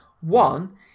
One